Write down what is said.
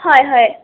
হয় হয়